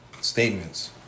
statements